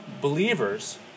believers